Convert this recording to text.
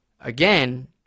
Again